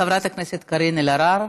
חברת הכנסת קארין אלהרר.